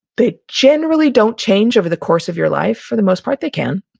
they generally don't change over the course of your life for the most part they can,